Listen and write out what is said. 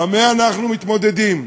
עם מה אנחנו מתמודדים.